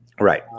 right